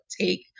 take